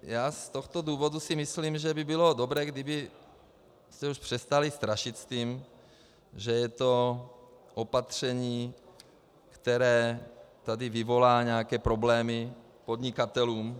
Z tohoto důvodu si myslím, že by bylo dobré, kdybyste už přestali strašit tím, že je to opatření, které tady vyvolá nějaké problémy podnikatelům.